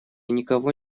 никого